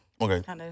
okay